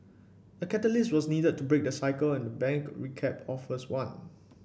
a catalyst was needed to break the cycle and the bank recap offers one